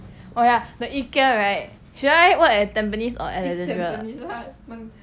oh ya the ikea right should I work at tampines or alexandra